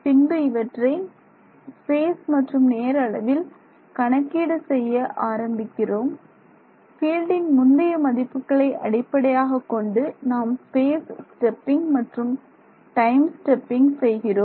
பின்பு இவற்றை ஸ்பேஸ் மற்றும் நேர அளவில் கணக்கீடு செய்ய ஆரம்பிக்கிறோம் ஃபீல்டின் முந்தைய மதிப்புகளை அடிப்படையாகக் கொண்டு நாம் ஸ்பேஸ் ஸ்டெப்பிங் மற்றும் டைம் ஸ்டெப்பிங் செய்கிறோம்